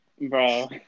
bro